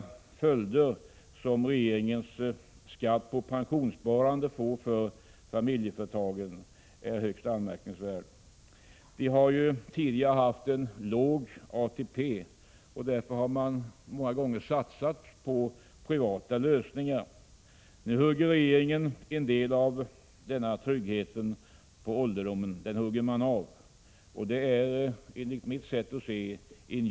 Om man därtill lägger att staten gett arbetsgivaroch arbetstagarbegreppen inte mindre än fem olika definitioner, förstår man hur omöjligt det egentligen är att ständigt göra allting rätt. Statens krav på effektivitet i uppbörden har gått före den enskilde medborgarens rättssäkerhet.